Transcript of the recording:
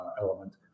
element